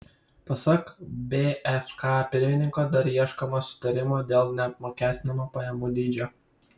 pasak bfk pirmininko dar ieškoma sutarimo dėl neapmokestinamo pajamų dydžio